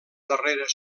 darrera